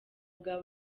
bwa